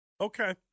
Okay